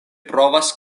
provas